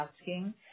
asking